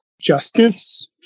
justice